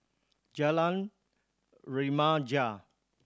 Jalan Remaja